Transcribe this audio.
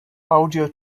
audio